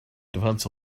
defense